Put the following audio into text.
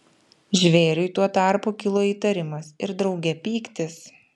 žvėriui tuo tarpu kilo įtarimas ir drauge pyktis